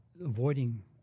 avoiding